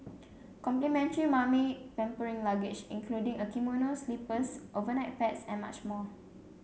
complimentary 'mummy pampering luggage' including a kimono slippers overnight pads and much more